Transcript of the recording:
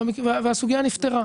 והסוגיה נפתרה.